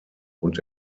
und